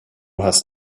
hast